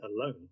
alone